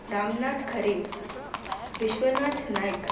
Ramnath Khare Vishwanath Naik